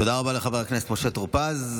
תודה רבה לחבר הכנסת משה טור פז.